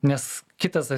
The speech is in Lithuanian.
nes kitas tas